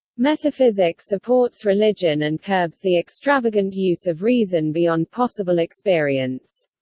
metaphysic supports religion and curbs the extravagant use of reason beyond possible experience.